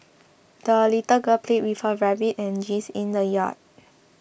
the little girl played with her rabbit and geese in the yard